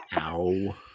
Ow